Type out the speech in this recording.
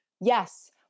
Yes